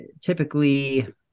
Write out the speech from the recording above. typically